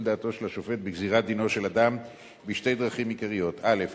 דעתו של השופט בגזירת דינו של אדם בשתי דרכים עיקריות: א.